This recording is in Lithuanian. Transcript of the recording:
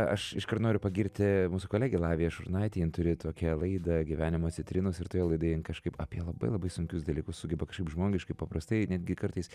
aš iškart noriu pagirti mūsų kolegę laviją šurnaitę jin turi tokią laidą gyvenimo citrinos ir toje laidoje ji kažkaip apie labai labai sunkius dalykus sugeba kažkaip žmogiškai paprastai netgi kartais